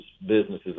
businesses